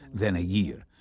then a year.